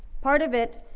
part of it,